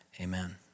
amen